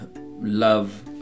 love